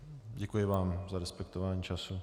Děkuji vám za respektování času.